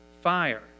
Fire